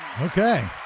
Okay